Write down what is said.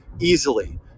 easily